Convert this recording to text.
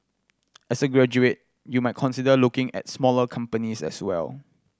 as a graduate you might consider looking at smaller companies as well